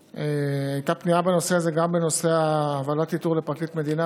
הייתה פנייה בנושא הזה גם בנושא ועדת איתור לפרקליט המדינה,